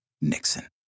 Nixon